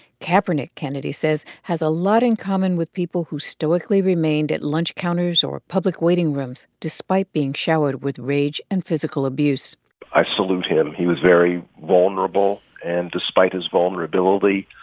kaepernick, kennedy says, has a lot in common with people who stoically remained at lunch counters or public waiting rooms despite being showered with rage and physical abuse i salute him. he was very vulnerable. and despite his vulnerability,